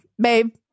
Babe